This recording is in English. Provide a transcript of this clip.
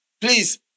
Please